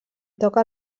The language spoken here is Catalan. toca